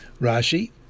Rashi